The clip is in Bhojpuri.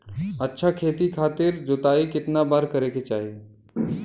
अच्छा खेती खातिर जोताई कितना बार करे के चाही?